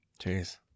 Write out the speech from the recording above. Jeez